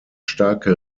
starke